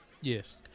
Yes